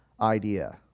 idea